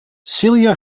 celia